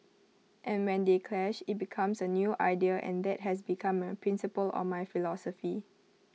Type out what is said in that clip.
and when they clash IT becomes A new idea and that has become my principle or my philosophy